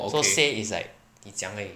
so say is like 你讲而已